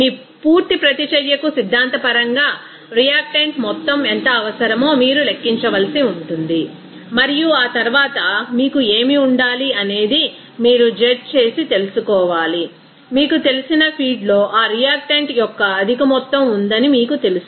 మీ పూర్తి ప్రతిచర్యకు సిద్ధాంతపరంగా రియాక్టెంట్ మొత్తం ఎంత అవసరమో మీరు లెక్కించవలసి ఉంటుంది మరియు ఆ తరువాత మీకు ఏమి ఉండాలి అనేది మీరు జడ్జ్ చేసి తెలుసుకోవాలి మీకు తెలిసిన ఫీడ్లో ఆ రియాక్టెంట్ యొక్క అధిక మొత్తం ఉందని మీకు తెలుసు